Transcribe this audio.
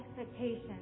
expectations